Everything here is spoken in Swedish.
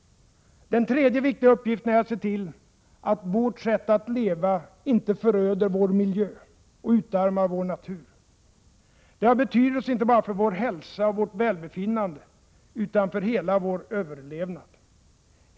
Den tredje viktiga uppgiften är att se till att vårt sätt att leva inte föröder vår miljö och utarmar vår natur. Det har betydelse inte bara för vår hälsa och vårt välbefinnande utan för hela vår överlevnad.